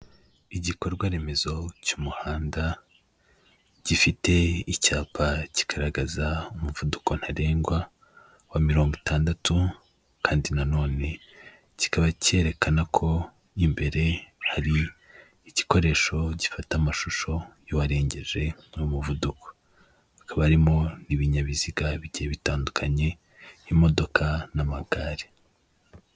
Igikorwa remezo cy'umuhanda gifite icyapa kigaragaza umuvuduko ntarengwa wa mirongo itandatu, kandi na none kikaba kerekana ko imbere hari igikoresho gifata amashusho y'uwarengeje umuvuduko, hakaba harimo ibinyabiziga bike bitandukanye imodoka n'amagare.